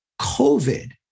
COVID